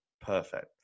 perfect